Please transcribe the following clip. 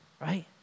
Right